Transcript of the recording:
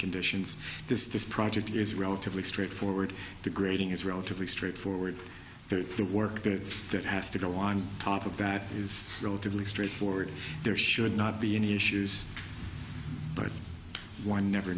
conditions this this project is relatively straightforward the grading is relatively straightforward there's the work that has to go on top of that is relatively straightforward there should not be any issues but one never